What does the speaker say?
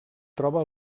troba